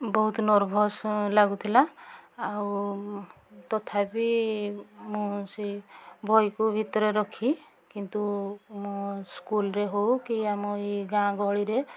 ବହୁତ ନର୍ଭସ୍ ଲାଗୁଥିଲା ଆଉ ତଥାପି ମୁଁ ସେ ବହିକୁ ଗୀତରେ ରଖି କିନ୍ତୁ ମୁଁ ସ୍କୁଲ୍ରେ ହେଉ କି ଆମ ଏ ଗାଁ ଗହଳିରେ